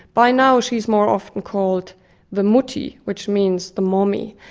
by now she is more often called the mutti which means the mummy,